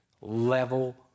Level